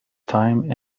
time